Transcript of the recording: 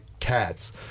Cats